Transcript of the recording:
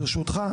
ברשותך,